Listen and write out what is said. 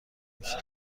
میشه